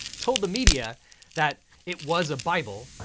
told the media that it was a bible.